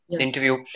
interview